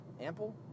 Ample